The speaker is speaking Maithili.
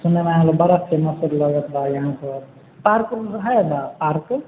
सुनयमे आयल बड़ा फेमस बा यहाँके पार्क ओर्क है बा पार्क ओर्क